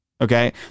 Okay